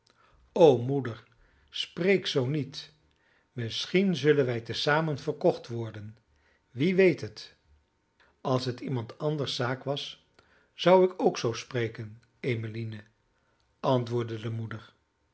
o moeder spreek zoo niet misschien zullen wij te zamen verkocht worden wie weet het als het iemand anders zaak was zou ik ook zoo spreken em antwoordde de moeder